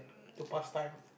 to pass time